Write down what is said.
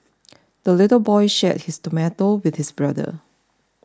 the little boy shared his tomato with his brother